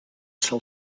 sol